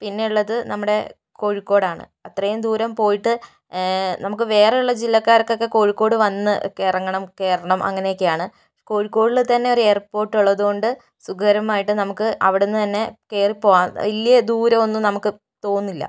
പിന്നെയുള്ളത് നമ്മുടെ കോഴിക്കോട് ആണ് അത്രയും ദൂരം പോയിട്ട് നമുക്ക് വേറെയുള്ള ജില്ലക്കാർക്കൊക്കെ കോഴിക്കോട് വന്നൊക്കെ ഇറങ്ങണം കയറണം അങ്ങനെയൊക്കെയാണ് കോഴിക്കോടിൽ തന്നെ ഒരു എയർപോർട്ട് ഉള്ളതുകൊണ്ട് സുഖകരമായിട്ട് നമുക്ക് അവിടെ നിന്ന് തന്നെ കയറി പോകാവുന്ന വലിയ ദൂരം ഒന്നും നമുക്ക് തോന്നില്ല